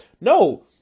No